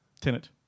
Tenant